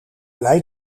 blij